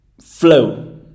flow